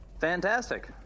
Fantastic